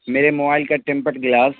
میرے موبائل کا temper glass